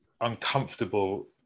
uncomfortable